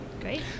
great